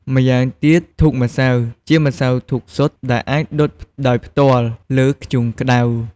ម៉្យាងទៀតធូបម្សៅ ជាម្សៅធូបសុទ្ធដែលអាចដុតដោយផ្ទាល់លើធ្យូងក្តៅ។